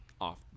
off